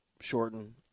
shorten